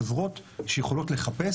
חברות שיכולות לחפש,